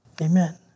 Amen